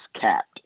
capped